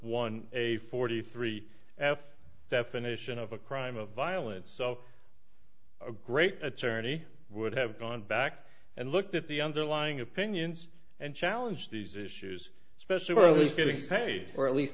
one a forty three f definition of a crime of violence so a great attorney would have gone back and looked at the underlying opinions and challenge these issues especially where he's getting paid or at least